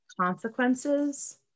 consequences